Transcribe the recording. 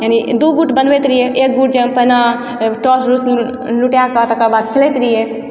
यानी दू गुट बनबैत रहियइ एक गुट जे पहिने टॉस उस लुटाए कऽ तकरबाद खेलैत रहियइ